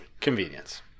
Convenience